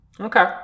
Okay